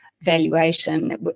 valuation